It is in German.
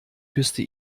küsste